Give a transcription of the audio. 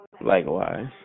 Likewise